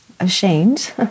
ashamed